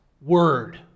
word